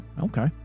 Okay